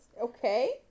Okay